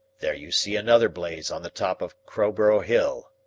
there you see another blaze on the top of crowborough hill.